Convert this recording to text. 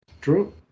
True